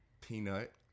peanut